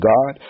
God